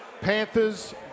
Panthers